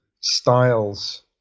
styles